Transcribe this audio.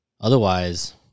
Otherwise